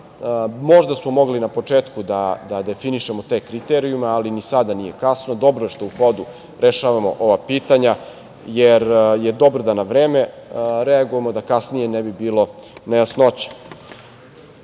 Možda smo mogli na početku da definišemo te kriterijume, ali ni sada nije kasno. Dobro je što u hodu rešavamo ova pitanja, jer je dobro da na vreme reagujemo, da kasnije ne bi bilo nejasnoća. Verovatno